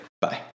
Bye